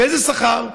באיזה שכר?